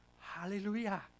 Hallelujah